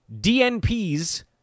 DNPs